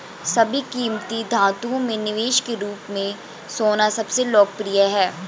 सभी कीमती धातुओं में निवेश के रूप में सोना सबसे लोकप्रिय है